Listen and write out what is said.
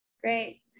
Great